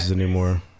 anymore